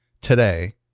today